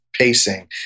pacing